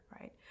right